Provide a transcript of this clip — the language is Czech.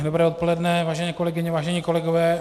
Dobré odpoledne, vážené kolegyně, vážení kolegové.